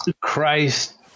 Christ